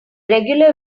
regular